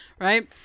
right